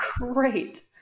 great